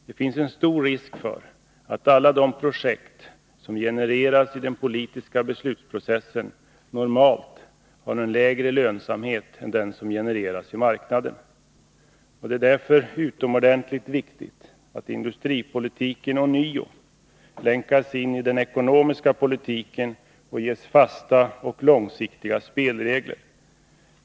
Det finns en stor risk för att alla de projekt som genereras i den politiska beslutsprocessen normalt har en lägre lönsamhet än de som genereras i marknaden. Det är därför utomordentligt viktigt att industripolitiken ånyo länkas in i den ekonomiska politiken och ges fasta och långsiktiga spelregler.